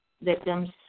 victims